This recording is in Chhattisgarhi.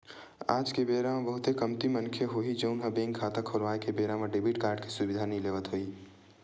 आज के बेरा म बहुते कमती मनखे होही जउन ह बेंक खाता खोलवाए के बेरा म डेबिट कारड के सुबिधा नइ लेवत होही